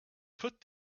put